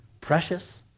precious